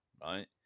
right